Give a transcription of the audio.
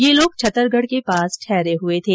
ये लोग छत्तरगढ के पास ठहरे हुए थे